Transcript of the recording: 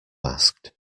asked